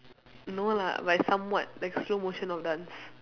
no lah but somewhat like slow motion of dance